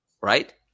right